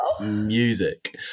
music